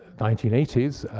nineteen eighty s,